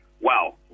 wow